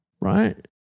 right